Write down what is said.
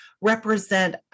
represent